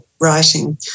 writing